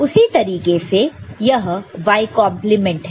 उसी तरीके से यह y कंपलीमेंट है